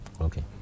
Okay